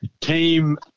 Team